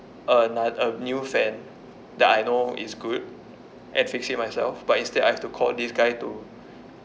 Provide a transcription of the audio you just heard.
ano~ a new fan that I know is good and fix it myself but instead I have to call this guy to